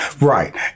Right